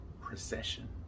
procession